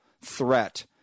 threat